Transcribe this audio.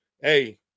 hey